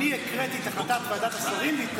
אני הקראתי את החלטת ועדת השרים להתנגד.